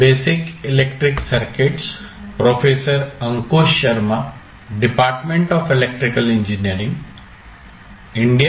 basic electrical circuits वरील आपल्या कोर्सच्या 5 व्या आठवड्यात सर्वांचे स्वागत आहे